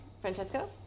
Francesco